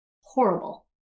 horrible